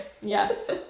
Yes